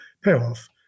payoff